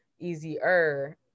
easier